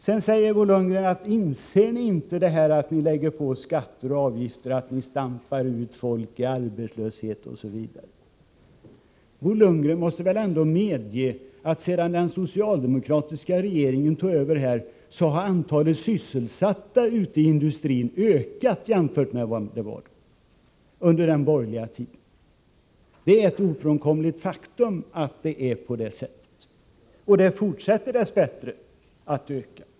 Sedan frågar Bo Lundgren: Inser ni inte att ni när ni lägger på skatter och avgifter stampar ut folk genom att skapa arbetslöshet, osv.? Bo Lundgren måste väl medge att antalet sysselsatta i industrin sedan den socialdemokratiska regeringen tog över har ökat jämfört med hur det var under den borgerliga tiden. Detta är ett ofrånkomligt faktum. Dess bättre fortsätter det att öka.